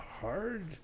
hard